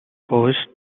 coast